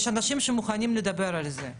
בסוף